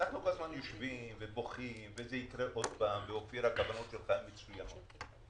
יושבים ובוכים והכוונות שלך אדוני היושב-ראש הן מצוינות.